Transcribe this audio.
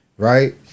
Right